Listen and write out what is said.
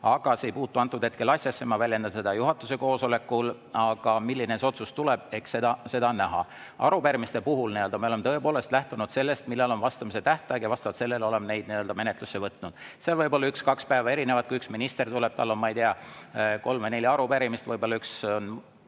aga see ei puutu antud hetkel asjasse, ma väljendan seda juhatuse koosolekul. Milline see otsus tuleb, eks seda on näha. Arupärimiste puhul me oleme tõepoolest lähtunud sellest, millal on vastamise tähtaeg, ja vastavalt sellele oleme neid menetlusse võtnud. See on võib-olla üks-kaks päeva erinevalt. Kui üks minister tuleb, tal on, ma ei tea, kolm või neli arupärimist, üks on